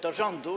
Do rządu?